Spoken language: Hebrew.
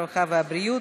הרווחה והבריאות,